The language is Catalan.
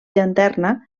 llanterna